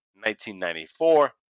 1994